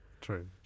true